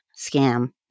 scam